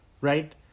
right